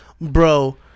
Bro